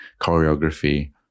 choreography